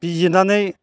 बिजिरनानै